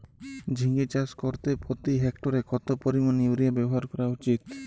ঝিঙে চাষ করতে প্রতি হেক্টরে কত পরিমান ইউরিয়া ব্যবহার করা উচিৎ?